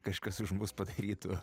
kažkas už mus padarytų